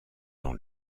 dans